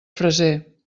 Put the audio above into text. freser